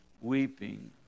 weeping